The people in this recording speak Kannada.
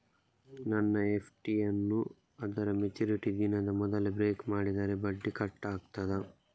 ನನ್ನ ಎಫ್.ಡಿ ಯನ್ನೂ ಅದರ ಮೆಚುರಿಟಿ ದಿನದ ಮೊದಲೇ ಬ್ರೇಕ್ ಮಾಡಿದರೆ ಬಡ್ಡಿ ಕಟ್ ಆಗ್ತದಾ?